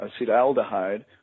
acetaldehyde